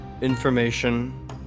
information